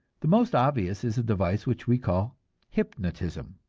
the most obvious is a device which we call hypnotism.